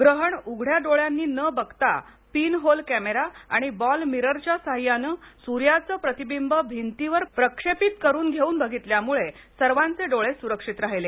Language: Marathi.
ग्रहण उघड्या डोळ्यांनी न बघता पिन होल कॅमेरा आणि बॉल मिरर च्या साह्याने सूर्याचे प्रतिबिंब भिंतीवर प्रक्षेपित करून घेऊन बघितल्यामुळे सर्वांचे डोळे सुरक्षित राहिले